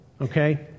Okay